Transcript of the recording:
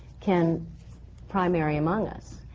ken primary among us.